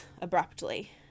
abruptly